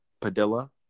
Padilla